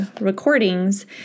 recordings